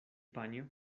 panjo